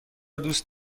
دوست